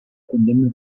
condemna